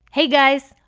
hey, guys!